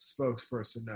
spokesperson